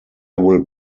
will